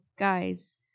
Guys